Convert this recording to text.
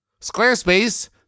Squarespace